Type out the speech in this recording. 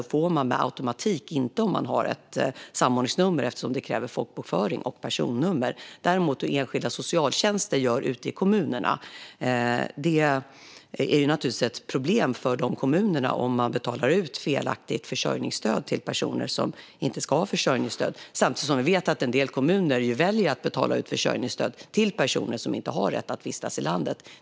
Dem får man med automatik inte om man har ett samordningsnummer, eftersom det kräver folkbokföring och personnummer. När det gäller hur enskilda socialtjänster gör ute i kommunerna är det naturligtvis ett problem för kommunerna om de betalar ut felaktigt försörjningsstöd till personer som inte ska ha försörjningsstöd. Samtidigt vet vi att en del kommuner väljer att betala ut försörjningsstöd till personer som inte har rätt att vistas i landet.